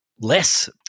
less